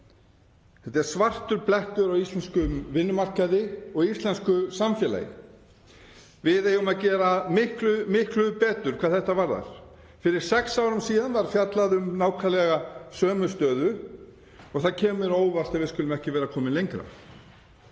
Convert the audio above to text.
Þetta er svartur blettur á íslenskum vinnumarkaði og íslensku samfélagi. Við eigum að gera miklu, miklu betur hvað þetta varðar. Fyrir sex árum síðan var fjallað um nákvæmlega sömu stöðu og það kemur mér á óvart að við skulum ekki vera komin lengra.